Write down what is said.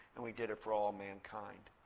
and we did it for all mankind.